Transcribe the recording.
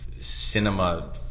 cinema